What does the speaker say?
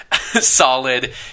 Solid